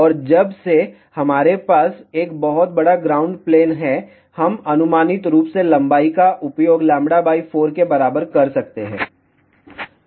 और जब से हमारे पास एक बहुत बड़ा ग्राउंड प्लेन है हम अनुमानित रूप से लंबाई का उपयोग λ 4 के बराबर कर सकते हैं